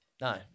No